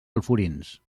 alforins